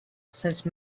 since